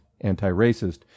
anti-racist